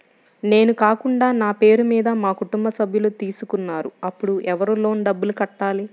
నేను కాకుండా నా పేరు మీద మా కుటుంబ సభ్యులు తీసుకున్నారు అప్పుడు ఎవరు లోన్ డబ్బులు కట్టాలి?